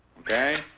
Okay